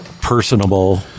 personable